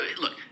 look